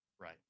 Right